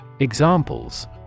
Examples